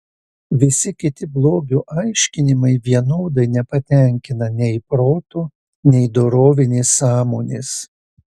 visi kiti blogio aiškinimai vienodai nepatenkina nei proto nei dorovinės sąmonės